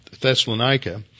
Thessalonica